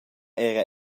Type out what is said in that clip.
era